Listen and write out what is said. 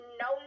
no